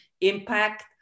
Impact